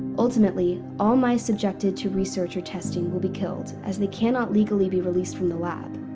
ultimately, all mice subjected to research or testing will be killed, as they cannot legally be released from the lab.